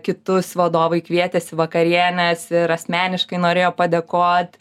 kitus vadovai kvietėsi vakarienės ir asmeniškai norėjo padėkot